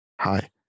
Hi